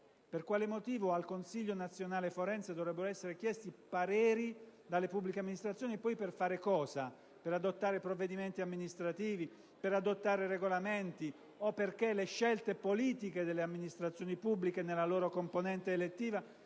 pareri al Consiglio nazionale forense da parte delle pubbliche amministrazioni? E poi per fare cosa? Per adottare provvedimenti amministrativi? Per adottare regolamenti? O perché le scelte politiche delle amministrazioni pubbliche, nella loro componente elettiva,